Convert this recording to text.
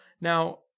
Now